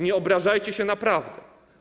Nie obrażajcie się na prawdę.